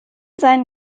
sein